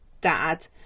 dad